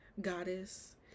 goddess